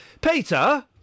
Peter